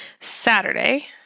Saturday